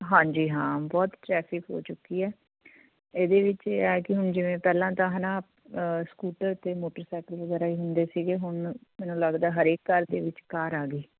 ਹਾਂਜੀ ਹਾਂ ਬਹੁਤ ਟਰੈਫਿਕ ਹੋ ਚੁੱਕੀ ਹੈ ਇਹਦੇ ਵਿੱਚ ਇਹ ਹੈ ਕਿ ਹੁਣ ਜਿਵੇਂ ਪਹਿਲਾਂ ਤਾਂ ਹੈ ਨਾ ਸਕੂਟਰ ਅਤੇ ਮੋਟਰਸਾਈਕਲ ਵਗੈਰਾ ਹੀ ਹੁੰਦੇ ਸੀਗੇ ਹੁਣ ਮੈਨੂੰ ਲੱਗਦਾ ਹਰੇਕ ਘਰ ਦੇ ਵਿਚ ਕਾਰ ਆ ਗਈ